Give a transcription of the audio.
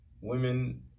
women